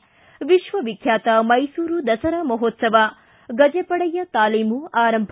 ಿ ವಿಶ್ವವಿಖ್ಯಾತ ಮೈಸೂರು ದಸರಾ ಮಹೋತ್ಸವ ಗಜಪಡೆಯ ತಾಲೀಮು ಆರಂಭ